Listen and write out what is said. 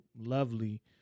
lovely